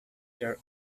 their